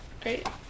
Great